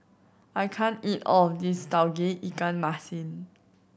I can't eat all of this Tauge Ikan Masin